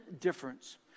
difference